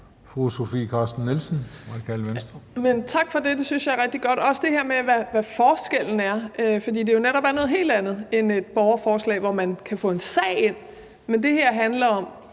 Sofie Carsten Nielsen (RV): Tak for det. Det synes jeg er rigtig godt, også det her med, hvad forskellen er, fordi det jo netop er noget helt andet end et borgerforslag, hvor man kan få en sag ind. Men det her handler om,